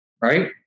right